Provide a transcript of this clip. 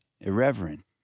irreverent